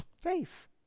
Faith